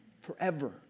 forever